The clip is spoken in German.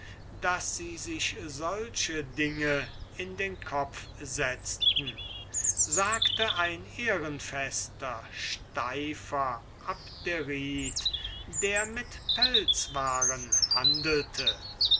daß sie sich solche dinge in den kopf setzten sagte ein ehrenfester steifer abderit der mit pelzwaren handelte